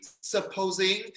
supposing